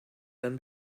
than